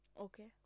Okay